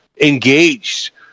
engaged